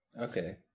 okay